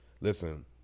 listen